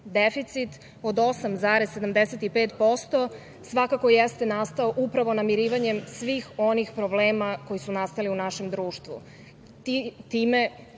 Deficit od 8,75% svakako jeste nastao upravo namirivanjem svih onih problema koji su nastali u našem društvu,